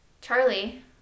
Charlie